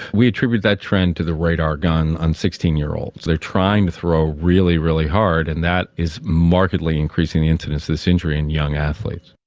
we attributed that trend to the radar gun on sixteen year olds. they are trying to throw really, really hard, and that is markedly increasing the incidence of this injury in young athletes.